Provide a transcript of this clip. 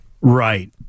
Right